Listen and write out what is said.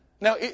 Now